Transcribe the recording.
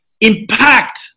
impact